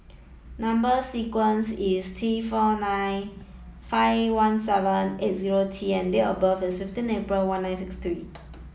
number sequence is T four nine five one seven eight zero T and date of birth is fifteen April one nine six three